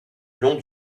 long